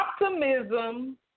Optimism